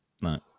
no